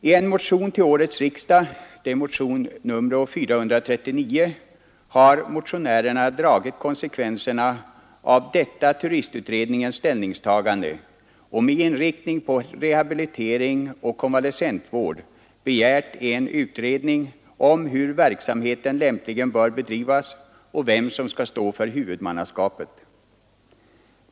I motion 439 till årets riksdag har motionärerna dragit konsekvenserna av detta turistutredningens ställningstagande och med inriktning på rehabilitering och konvalescentvård begärt en utredning om hur verksamheten lämpligen bör bedrivas och vem som skall stå för huvudmannaskapet.